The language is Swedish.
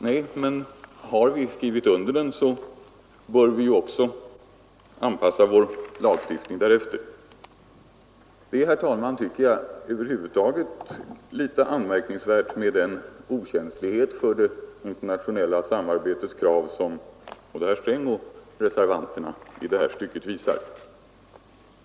Nej, men har vi skrivit under den, så bör vi också anpassa vår lagstiftning därefter. Det är, tycker jag, över huvud taget litet anmärkningsvärt med den okänslighet för det internationella samarbetets krav som både herr Sträng och reservanterna i det här stycket visar.